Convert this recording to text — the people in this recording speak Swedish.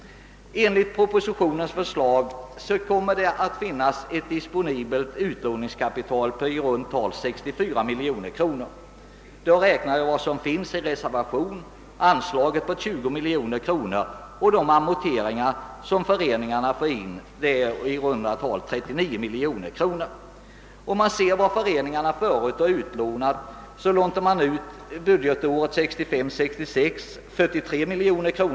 Enligt propositionens förslag kommer ett utlåningskapital på i runt tal 64 miljoner kronor att finnas disponibelt. I denna summa ingår de pengar som finns reserverade, anslaget på 20 miljoner kronor och de amorteringar som föreningarna får in, dvs. i runt tal 39 miljoner kronor. Under budgetåret 1965/66 lånade föreningarna ut cirka 43 miljoner kronor.